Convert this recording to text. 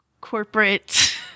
corporate